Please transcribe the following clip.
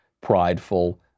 prideful